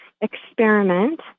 experiment